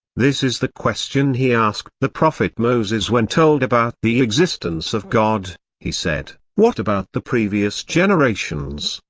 this is the question he asked the prophet moses when told about the existence of god he said, what about the previous generations?